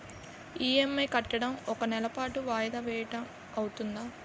EMI కట్టడం ఒక నెల పాటు వాయిదా వేయటం అవ్తుందా?